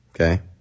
okay